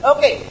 Okay